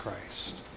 Christ